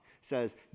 says